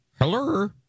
hello